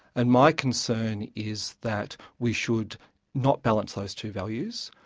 and my concern is that we should not balance those two values,